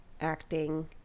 acting